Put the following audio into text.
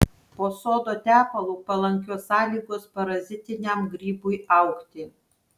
po sodo tepalu palankios sąlygos parazitiniam grybui augti